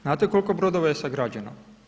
Znate kol'ko brodova je sagrađeno?